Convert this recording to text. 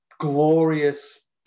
glorious